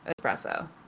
espresso